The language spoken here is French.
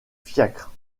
fiacre